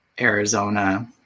Arizona